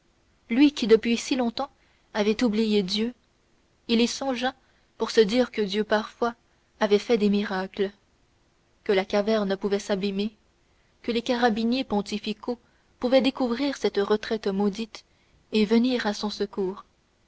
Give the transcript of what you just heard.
lui qui depuis si longtemps avait oublié dieu il y songea pour se dire que dieu parfois avait fait des miracles que la caverne pouvait s'abîmer que les carabiniers pontificaux pouvaient découvrir cette retraite maudite et venir à son secours